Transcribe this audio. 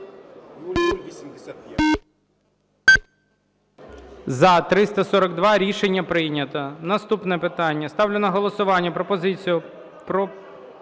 За-342 Рішення прийнято. Наступне питання. Ставлю на голосування пропозицію…